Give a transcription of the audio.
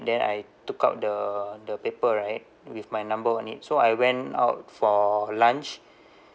then I took out the the paper right with my number on it so I went out for lunch